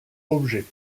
objet